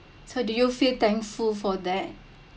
so do you feel thankful for that